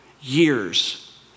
years